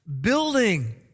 building